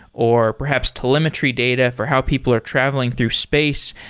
or perhaps telemetry data for how people are traveling through space,